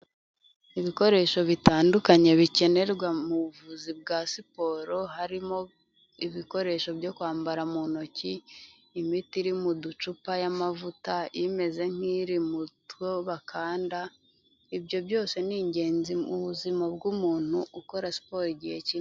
Ibikoresho bitandukanye bikenerwa mu buvuzi bwa siporo harimo ibikoresho byo kwambara mu ntoki, imiti iri mu ducupa y'amavuta imeze nk'iri mu two bakanda, ibyo byose ni ingenzi mu buzima bw'umuntu ukora siporo igihe ki.